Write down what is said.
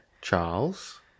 Charles